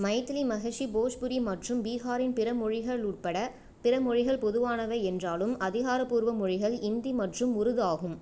மைதிலி மஹசி போஜ்புரி மற்றும் பீகாரின் பிற மொழிகள் உட்பட பிற மொழிகள் பொதுவானவை என்றாலும் அதிகாரப்பூர்வ மொழிகள் ஹிந்தி மற்றும் உருது ஆகும்